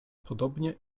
podobnie